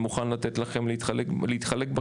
אני מוכן לתת לכם להתחלק בקרדיט,